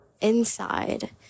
inside